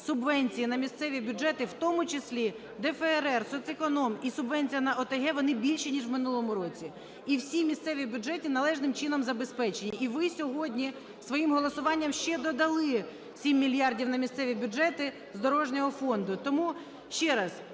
субвенції на місцеві бюджети, в тому числі ДФРР, соцеконом і субвенція на ОТГ вони більші, ніж у минулому році. І всі місцеві бюджети належним чином забезпечені. І ви сьогодні своїм голосуванням ще додали 7 мільярдів на місцеві бюджети з дорожнього фонду. Тому ще раз,